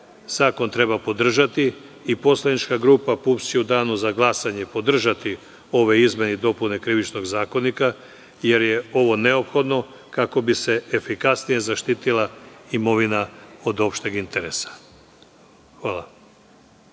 zakon treba podržati i poslanička grupa PUPS će u Danu za glasanje podržati ove izmene i dopune Krivičnog zakona jer je ovo neophodno kako bi se efikasnije zaštitila imovina od opšteg interesa. Hvala.